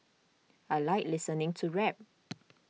I like listening to rap